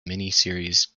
miniseries